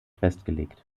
festgelegt